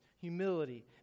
humility